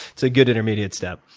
it's a good intermediate step.